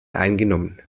eingenommen